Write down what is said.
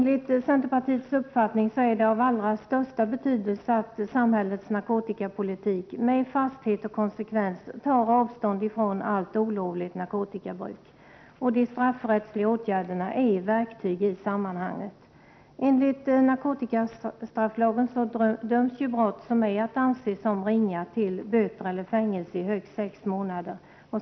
Vi i centerpartiet menar att det är av allra största betydelse att samhällets narkotikapolitik med fasthet och konsekvens är sådan att man tar avstånd från allt olovligt narkotikabruk. De straffrättsliga åtgärderna utgör verktyg i sammanhanget. Enligt narkotikastrafflagen utdöms straff för brott som är att anse som ringa i form av böter eller fängelse i högst sex månader.